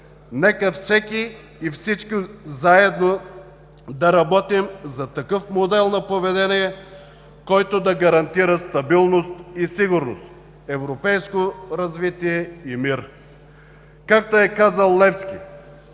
Нека всеки и всички заедно да работим за такъв модел на поведение, който да гарантира стабилност и сигурност, европейско развитие и мир. Както е казал Левски: